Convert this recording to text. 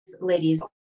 ladies